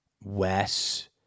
Wes